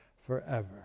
forever